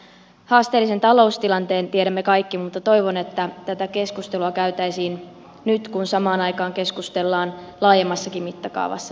haasteellisen taloustilanteen tiedämme kaikki mutta toivon että tätä keskustelua käytäisiin nyt kun samaan aikaan keskustellaan laajemmassakin mittakaavassa lääkekorvauksista